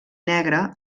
negre